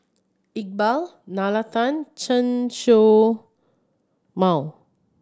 Iqbal Nalla Tan Chen Show Mao